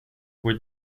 were